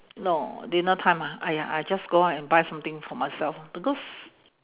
no dinner time ah !aiya! I just go out and buy something for myself because